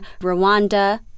Rwanda